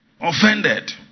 Offended